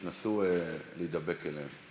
תנסו לדבוק בהם.